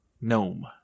gnome